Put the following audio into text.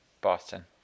Boston